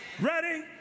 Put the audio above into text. Ready